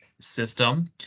system